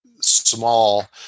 small